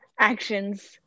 actions